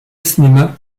cinéma